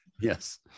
Yes